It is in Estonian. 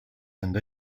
enda